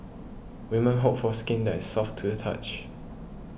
women hope for skin that is soft to the touch